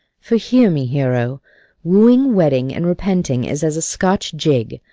for, hear me, hero wooing, wedding, and repenting is as a scotch jig,